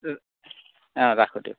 অঁ ৰাখো দিয়ক